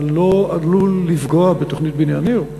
אתה לא עלול לפגוע בתוכנית בניין עיר,